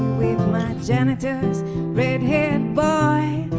with my janitor's red haired-boy.